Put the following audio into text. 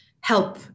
help